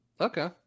Okay